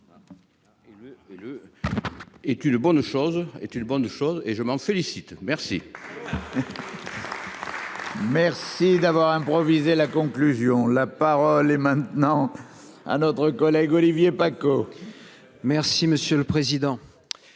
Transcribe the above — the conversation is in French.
est une bonne chose et je m'en félicite, merci. Merci d'avoir improvisé, la conclusion, la parole est maintenant à notre collègue Olivier Paccaud. Merci monsieur le président,